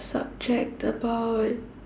subject about